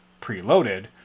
preloaded